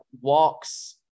walks